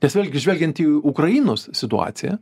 nes vėlgi žvelgiant į ukrainos situaciją